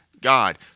God